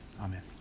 Amen